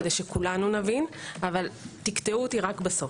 כדי שכולנו נבין אבל תשתדלו לקטוע אותי רק בסוף.